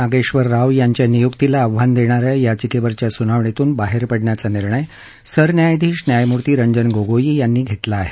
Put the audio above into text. नागेश्वर राव यांच्या नियुक्तीला आव्हांन देणाऱ्या याचिकेवरच्या सुनावणीतुन बाहेर पडण्याचा निर्णय सरन्यायाधीश न्यायमूर्ती रंजन गोगोई यांनी घेतला आहे